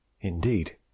Indeed